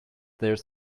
there